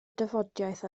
dafodiaith